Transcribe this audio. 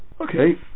Okay